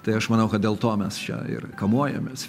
tai aš manau kad dėl to mes čia ir kamuojamės